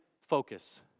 focus